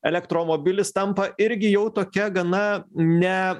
elektromobilis tampa irgi jau tokia gana ne